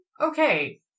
Okay